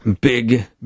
big